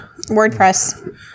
WordPress